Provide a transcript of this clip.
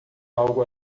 algo